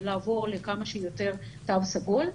הם לעבור לכמה שיותר תו סגול.